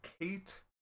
Kate